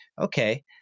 okay